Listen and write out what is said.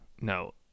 no